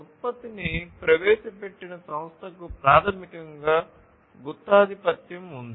ఉత్పత్తిని ప్రవేశపెట్టిన సంస్థకు ప్రాథమికంగా గుత్తాధిపత్యం ఉంది